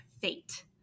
fate